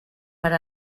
per